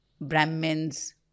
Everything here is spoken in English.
Brahmins